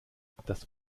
das